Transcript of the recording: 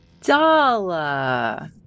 Dala